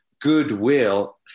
goodwill